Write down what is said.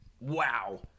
wow